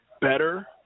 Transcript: better